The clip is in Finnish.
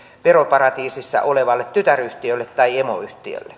veroparatiisissa olevalle tytäryhtiölle tai emoyhtiölle